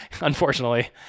unfortunately